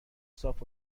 صاف